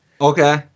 Okay